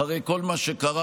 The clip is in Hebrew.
אחרי כל מה שקרה,